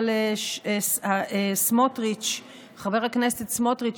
אבל חבר הכנסת סמוטריץ',